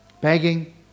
Begging